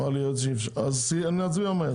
נצביע מהר.